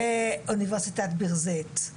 באוניברסיטת ביר-זית,